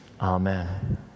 Amen